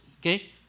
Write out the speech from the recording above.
Okay